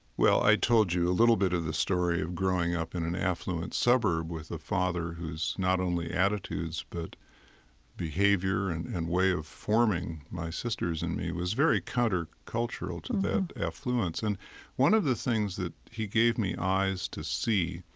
well, i told you a little bit of the story of growing up in an affluent suburb with a father whose not only attitudes, but behavior and and way of forming my sisters and me was very countercultural to that affluence. and one of the things that he gave me eyes to see,